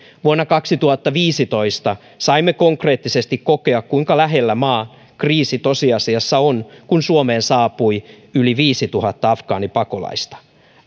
vuonna kaksituhattaviisitoista saimme konkreettisesti kokea kuinka lähellä kriisi tosiasiassa on kun suomeen saapui yli viisituhatta afgaanipakolaista